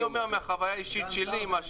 אני אומר מהחוויה האישית שלי.